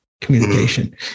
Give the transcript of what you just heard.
communication